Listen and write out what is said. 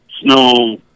snow